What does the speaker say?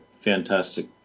fantastic